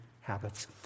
habits